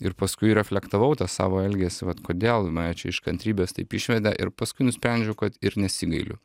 ir paskui reflektavau tą savo elgesį vat kodėl mane čia iš kantrybės taip išvedė ir paskui nusprendžiau kad ir nesigailiu